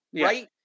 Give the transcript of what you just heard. right